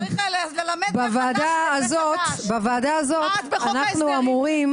בוועדה הזאת אנחנו אמורים